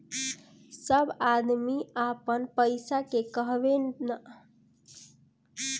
सब आदमी अपन पईसा के कहवो न कहवो निवेश करत हअ जेसे उ लाभ कमात हवे